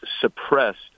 suppressed